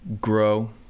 grow